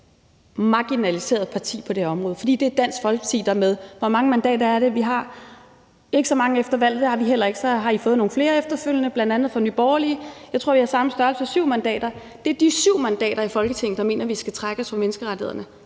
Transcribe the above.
marginaliseret parti på det her område. For hvor mange mandater er det nu, Dansk Folkeparti har? I har ikke så mange her efter valget – det har vi heller ikke – men så har I fået nogle flere efterfølgende, bl.a. fra Nye Borgerlige. Jeg tror, at vi har samme størrelse, nemlig syv mandater. Det er de syv mandater i Folketinget, der mener, at vi skal trække os ud af menneskerettighedskonventionen.